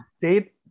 date